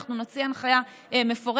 אנחנו נוציא הנחיה מפורשת.